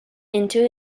into